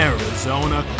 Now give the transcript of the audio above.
Arizona